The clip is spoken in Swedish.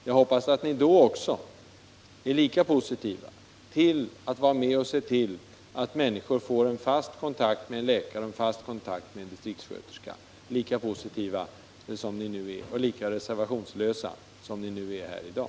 Jag hoppas att ni då också är lika positiva till att vara med och se till att människor får en fast kontakt med en läkare och en fast kontakt med en distriktssköterska — att ni är lika positiva och reservationslösa som ni är här i dag.